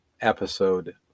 episode